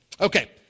Okay